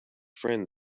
friend